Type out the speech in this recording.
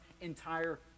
entire